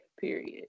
period